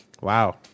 wow